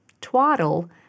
Twaddle